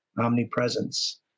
omnipresence